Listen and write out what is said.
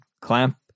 clamp